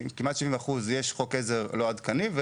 לכמעט 70% יש חוק עזר לא עדכני,